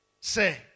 say